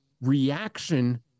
reaction